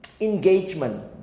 engagement